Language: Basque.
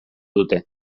dute